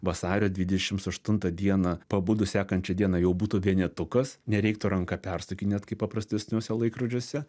vasario dvidešims aštuntą dieną pabudus sekančią dieną jau būtų vienetukas nereiktų ranka persukinėt kaip paprastesniuose laikrodžiuose